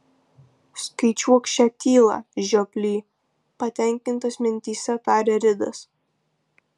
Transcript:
skaičiuok šią tylą žioply patenkintas mintyse tarė ridas